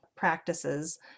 Practices